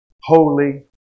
holy